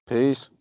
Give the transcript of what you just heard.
Peace